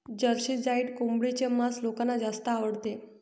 Jersey Giant कोंबडीचे मांस लोकांना जास्त आवडते